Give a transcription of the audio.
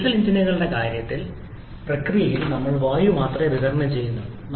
diesel എഞ്ചിനുകളുടെ കാര്യത്തിൽ കഴിക്കുന്ന പ്രക്രിയയിൽ ഞങ്ങൾ വായു മാത്രമേ വിതരണം ചെയ്യുന്നുള്ളൂ